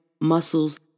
muscles